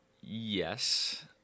Yes